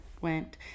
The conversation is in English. went